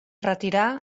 retirà